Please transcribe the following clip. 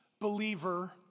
believer